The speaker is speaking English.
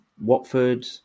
Watford